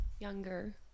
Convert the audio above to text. younger